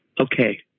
okay